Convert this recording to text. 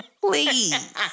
please